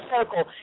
circle